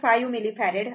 5 millifarad 22